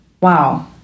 wow